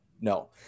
no